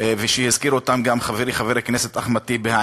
והזכיר אותם גם חברי חבר הכנסת אחמד טיבי,